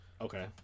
okay